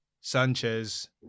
Sanchez